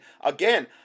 again